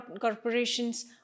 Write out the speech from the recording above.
corporations